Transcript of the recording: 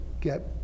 get